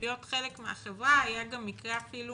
להיות חלק מהחברה, היה גם מקרה אפילו